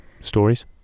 Stories